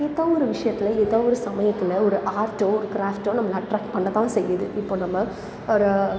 ஏதோ ஒரு விஷயத்தில் ஏதோ ஒரு சமயத்தில் ஒரு ஆர்ட்டோ க்ராஃப்டோ நம்மளை அட்ராக்ட் பண்ணத்தான் செய்யுது இப்போ நம்ம ஒரு